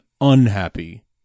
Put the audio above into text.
unhappy